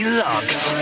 locked